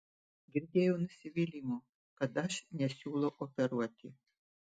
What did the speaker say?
girdėjau nusivylimų kad aš nesiūlau operuoti